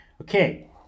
Okay